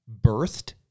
Birthed